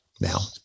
Now